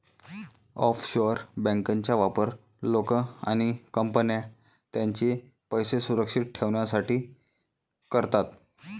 offshore बँकांचा वापर लोक आणि कंपन्या त्यांचे पैसे सुरक्षित ठेवण्यासाठी करतात